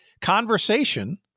conversation